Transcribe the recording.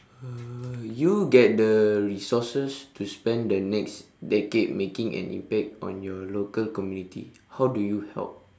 uh you get the resources to spend the next decade making an impact on your local community how do you help